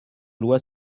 loi